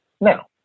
Now